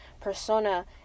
persona